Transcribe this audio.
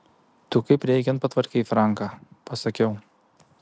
tu kaip reikiant patvarkei franką pasakiau